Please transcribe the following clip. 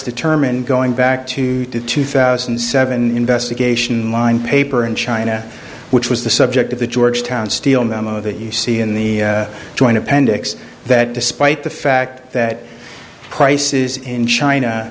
determined going back to two thousand and seven investigation line paper in china which was the subject of the georgetown steel memo that you see in the joint appendix that despite the fact that prices in china